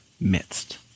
midst